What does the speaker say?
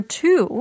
two